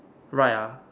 right ah